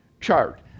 chart